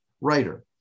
writer